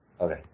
Okay